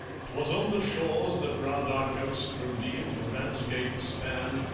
twas on the shores that round our coast from deal to ramsgate span,